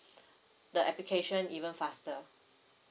the application even faster